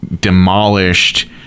demolished